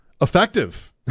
effective